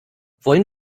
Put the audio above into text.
wollen